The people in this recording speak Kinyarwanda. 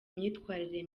myitwarire